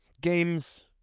Games